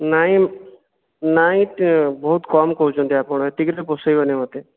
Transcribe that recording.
ନାଇଁ ନାଇଁ ବହୁତ କମ କହୁଛନ୍ତି ଆପଣ ଏତିକିରେ ପୋଷଇବନି ମୋତେ